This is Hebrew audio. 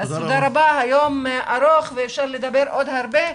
אז תודה רבה, היום ארוך ואפשר לדבר עוד הרבה,